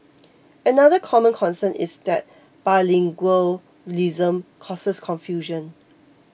another common concern is that bilingualism causes confusion